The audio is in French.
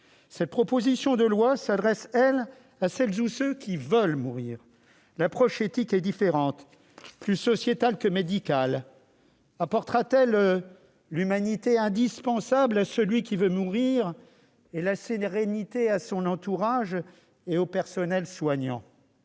Cette proposition de loi s'adresse, elle, à celles ou ceux qui veulent mourir. L'approche éthique est différente, plus sociétale que médicale. Apportera-t-elle l'humanité indispensable à celui qui veut mourir et la sérénité à son entourage et au personnel soignant ?